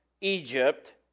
Egypt